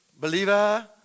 Believer